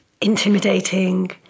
intimidating